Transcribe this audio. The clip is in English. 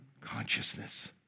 consciousness